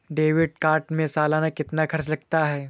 Debit card में सालाना कितना खर्च लगता है?